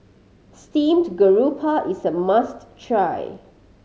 steamed grouper is a must try